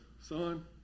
son